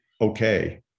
okay